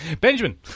Benjamin